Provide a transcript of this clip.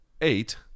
eight